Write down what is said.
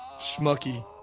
schmucky